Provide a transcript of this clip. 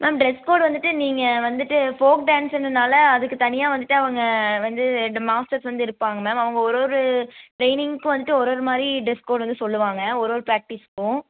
ma'am dress code வந்துட்டு நீங்கள் வந்துட்டு ஃபோக் டான்ஸுன்னால் அதுக்கு தனியாக வந்துட்டு அவங்க வந்து இந்த மாஸ்டர்ஸ் வந்து இருப்பாங்க மேம் அவங்க ஒரு ஒரு ட்ரெயினிங்க்கும் வந்துட்டு ஒரு ஒருமாதிரி ட்ரெஸ் கோட் வந்து சொல்லுவாங்க ஒரு ஒரு ப்ராக்டிஸ்க்கும்